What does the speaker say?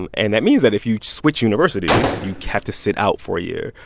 and and that means that if you switch universities, you have to sit out for a year,